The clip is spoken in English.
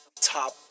top